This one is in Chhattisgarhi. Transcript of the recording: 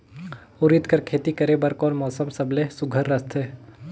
उरीद कर खेती करे बर कोन मौसम सबले सुघ्घर रहथे?